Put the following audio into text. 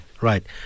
right